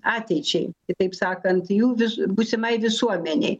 ateičiai kitaip sakant jų vis būsimai visuomenei